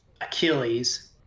Achilles